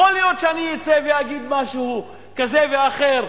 יכול להיות שאני אצא ואגיד משהו כזה ואחר,